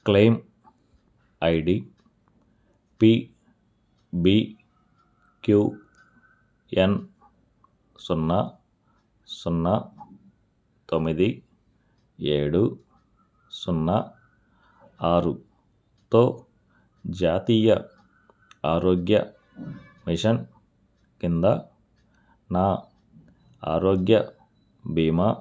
claim ID PBQN సున్నా సున్నా తొమ్మిది ఏడు సున్నా ఆరుతో జాతీయ ఆరోగ్య మిషన్ కింద నా ఆరోగ్య బీమా